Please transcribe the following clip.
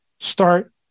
start